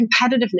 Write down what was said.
competitiveness